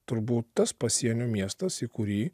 turbūt tas pasienio miestas į kurį